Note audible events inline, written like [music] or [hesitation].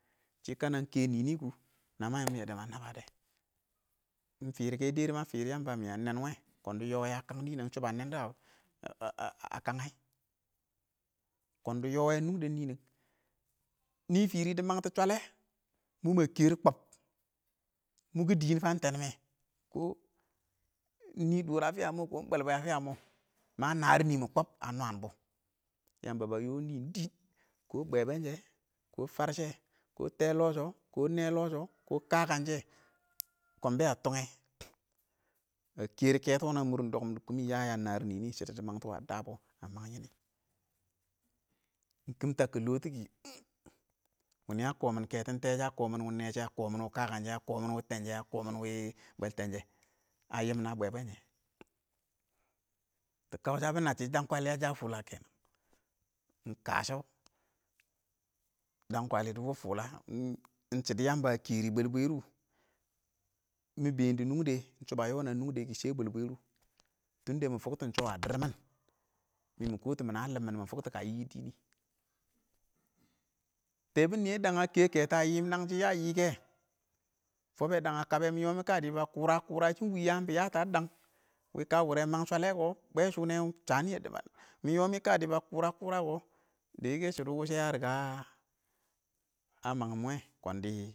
Shɪ kənə ɪng kə nɪnɪ kʊ nə nə yɪmbʊ mə nəbədɛ, ɪng fɪrkɛ dɛrɪ mə fɪrɪm yəmbə mɪyə nɛn wɛ kɔndɪ yo wɛ ə kɔn nɪnɛn shɔ nɛdɔ ə kəng yɛ, kɔn dɪ yɔ wɛ kəng nʊngdɛn nɪnɛn, nɪ fɪrɪ dɪ məng tɔ shwəlɛ, mɔ mə kɛrɔ kɔb, ɪng wɪ dɪn ɪng fə ɪng təngmɛ, kɔ ɪng nɪ dʊr ə fɪyə mɔ kɔ ɪng bwɛl-bwɛl ə fɪyə mɔ, ɪng mə nərɪ nɪɪ mʊ kɔb ə nwənbɔ yəmbə bə yɔ nɪɪn dɪɪn, kʊ bwɛ-bwɛn shɛ kɔ fərshɛ, kɔ tɛɛ lɔ shɔ kɔ nɛ lɔ shɔ kɔ kəkən shɛ, kʊn bɛ ə tʊngyɛ, bə kɛrɪ kɛtɔn wʊnʊ nɪɪn ə mʊrɪn dɔkʊm dɪ kʊmɪ ƴə yəən nərɪ kɛtɪ nɪrɪ shɪdo wʊnɪ ə dəbɔ, ə məng yɪnɪ, ɪng kɪm təb lɔɔ tɪ kɪ [hesitation] wɪnɪ ə kɔmɪn kɛtɔn tɛɛshɛ ə kɔmɪn wɪ nɛ shɛ ə kɔmɪn wɪ kəkənshɛ, ə kɔmɪn wɪɪ tənshɛ ə kɔmɪn wɪ bwəltənshɛ ə yɪɪm wɪ bwɛ-bwɛn shɛ dɪ kəushə bɪ shə shɪ dankwali yaja hula kenan ɪng kashɔ dɔnkəlɪ dɪ wɪ hula ɪng shɪdʊ ɪng yəmbə əkɛrʊ bwɛl-bwɛrʊ mɪn bɛɛn dɪ nʊngdɛ shɔ bə yɔn ə nʊng dɛ kɪ shɛ bwɛl bwɛru, tʊndə mʊ fʊktɔ shɔ ə dɪrr mɪn, mɪmɪ kɔtʊ mɪnə ə lɪmb mɪn mɔ ɪng mə yɪyɪ dɪn wɪɪ tɛɛbʊn nɪyɛ dəən ə kɛ kɛtɔn kəən yɪ nəngshɪ yə yɪ kɛ fɔbɛ dəng ə kəbɛ mɪ yɔ mɪ kə dɪ bə kʊrə-kʊrə kɪn ɪng wɪ ɪng yəə bɪ yəttə ə dəng, wɪɪ kə wʊrɛ məng shwəlɛ kɔ, bwɛn shʊ wɛ shənɪ mɪ yɔ mɪ kədɪ bə kʊrə-kʊrə kɔ, də yɪkɛ shɪdɔ wʊshɛ ə rɪgə ə ə məng ɪng wɛ kɔn dɪ.